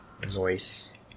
Voice